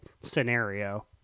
scenario